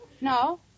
No